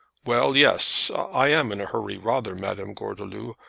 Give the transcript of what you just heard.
well, yes i am in a hurry, rather, madame gordeloup.